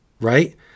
right